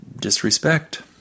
disrespect